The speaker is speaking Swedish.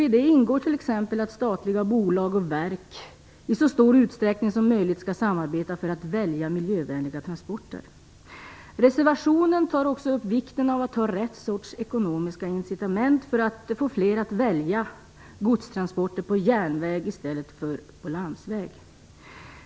I det ingår t.ex. att statliga bolag och verk i så stor utsträckning som möjligt skall samarbeta för att välja miljövänliga transporter. I reservationen betonas också vikten av att ha rätt sorts ekonomiska incitament för att få fler att välja godstransporter på järnväg i stället för på landsväg.